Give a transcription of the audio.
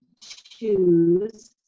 choose